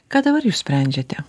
ką dabar jūs sprendžiate